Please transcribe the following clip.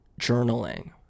journaling